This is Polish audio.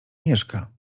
mieszka